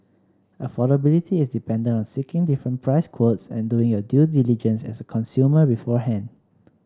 affordability is dependent on seeking different price quotes and doing your due diligence as a consumer beforehand